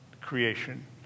creation